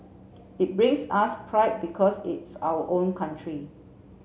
it brings us pride because it's our own country